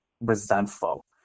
resentful